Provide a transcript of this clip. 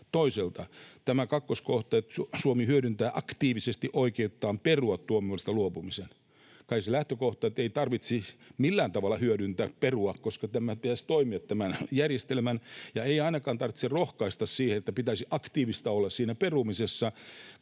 Toisaalta tämä kakkoskohta, että Suomi hyödyntää aktiivisesti oikeuttaan perua tuomiosta luopumisen: Kai se lähtökohta on, ettei tarvitsisi millään tavalla hyödyntää perumista, koska tämän järjestelmän pitäisi toimia, ja ei ainakaan tarvitse rohkaista siihen, että pitäisi aktiivinen olla siinä perumisessa,